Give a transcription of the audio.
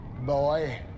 Boy